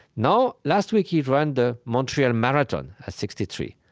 now last week, he ran the montreal marathon at sixty three.